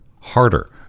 harder